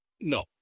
No